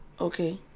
Okay